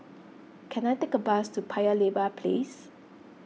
can I take a bus to Paya Lebar Place